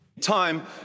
Time